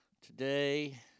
today